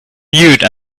mute